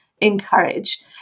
encourage